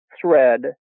thread